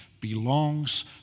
belongs